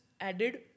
added